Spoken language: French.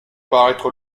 paraître